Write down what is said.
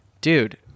Dude